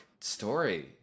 story